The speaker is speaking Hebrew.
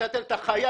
נתתי את חיי,